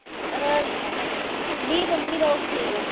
बी पं'जी लोक ठीक न